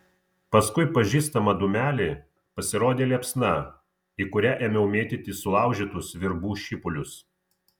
paskui pažįstamą dūmelį pasirodė liepsna į kurią ėmiau mėtyti sulaužytus virbų šipulius